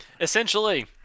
Essentially